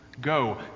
Go